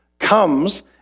comes